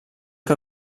que